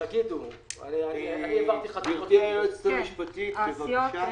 גברתי היועצת המשפטית, בבקשה.